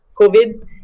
COVID